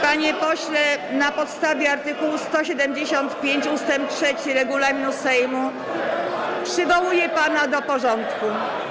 Panie pośle, na podstawie art. 175 ust. 3 regulaminu Sejmu przywołuję pana do porządku.